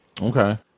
Okay